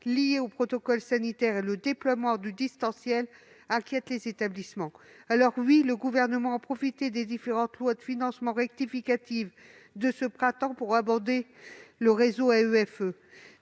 liés au protocole sanitaire et au déploiement du distanciel, inquiète les établissements. Le Gouvernement a profité des différentes lois de financement rectificatives de ce printemps pour abonder le réseau de